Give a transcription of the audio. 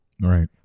right